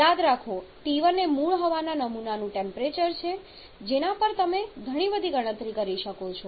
યાદ રાખો T1 એ મૂળ હવાના નમૂનાનું ટેમ્પરેચર છે જેના પર તમે બધી ગણતરી કરી શકો છો